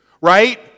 right